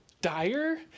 dire